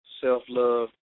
self-love